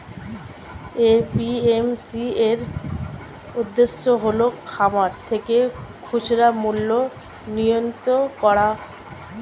APMC এর উদ্দেশ্য হল খামার থেকে খুচরা মূল্যের নিয়ন্ত্রণ করা